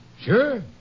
Sure